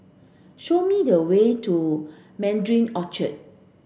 show me the way to Mandarin Orchard